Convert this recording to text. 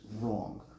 wrong